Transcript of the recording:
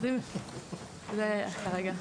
זהו כרגע.